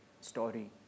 story